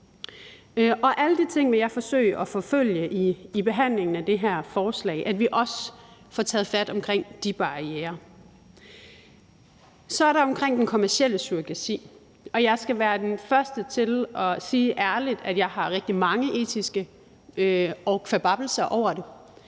og alle de ting vil jeg forsøge at forfølge i forbindelse med behandlingen af det her forslag, så vi også får taget fat omkring de barrierer. Så er der det omkring den kommercielle surrogati, og jeg skal være den første til at sige ærligt, at jeg har rigtig mange etiske kvababbelser over det.